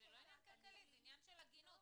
זה לא עניין כלכלי, זה עניין של הגינות.